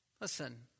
Listen